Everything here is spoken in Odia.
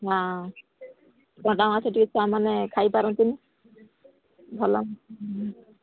ନା କଣ୍ଟା ମାଛ ଟିକିଏ ଛୁଆମାନେ ଖାଇପାରନ୍ତିନି ଭଲ